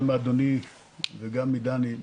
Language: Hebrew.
גם מאדוני וגם מדני,